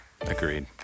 Agreed